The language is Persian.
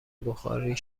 بخاری